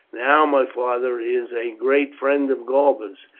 now my father is a great friend of galba's.